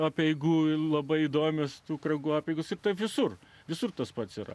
apeigų labai įdomios tų ragų apeigos ir visur visur tas pats yra